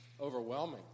Overwhelming